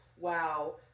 wow